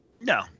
No